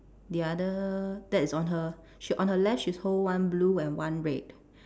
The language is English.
the other that is on her she on her left she's hold one blue and one red